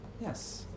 Yes